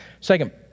Second